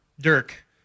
Dirk